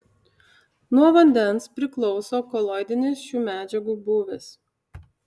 nuo vandens priklauso koloidinis šių medžiagų būvis